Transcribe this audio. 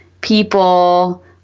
people